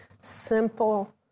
simple